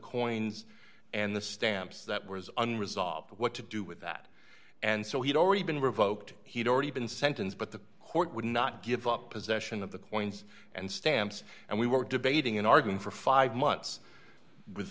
coins and the stamps that was unreasonably what to do with that and so he'd already been revoked he'd already been sentenced but the court would not give up possession of the coins and stamps and we were debating in arguing for five months w